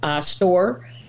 store